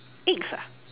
eggs ah